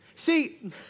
See